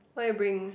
why you bring